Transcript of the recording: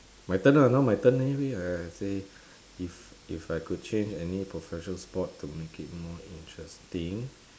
my turn lah now my turn leh wait I say if if I could change any professional sport to make it more interesting